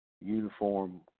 uniform